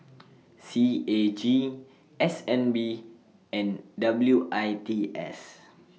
C A G S N B and W I T S